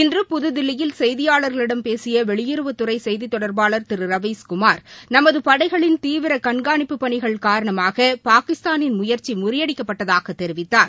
இன்று புதுதில்லியில் செய்தியாளர்களிடம் பேசிய வெளியுறவுத் துறை செய்தித் தொடர்பாளர் திரு ரவீஷ் குமார் நமது படைகளின் தீவிர கண்காணிப்பு பணிகள் காரணமாக பாகிஸ்தானின் முயற்சி முறியடிக்கப்பட்டதாக தெரிவித்தார்